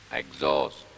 exhaust